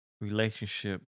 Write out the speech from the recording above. relationship